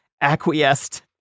acquiesced